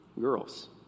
girls